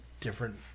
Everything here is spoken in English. different